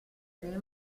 dei